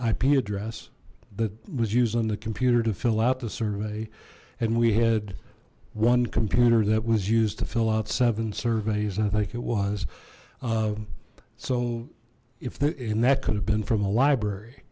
ip address that was used on the computer to fill out the survey and we had one computer that was used to fill out seven surveys i think it was so if they and that could have been from a library